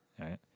right